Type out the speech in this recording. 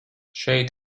šeit